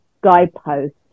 guidepost